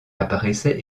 apparaissait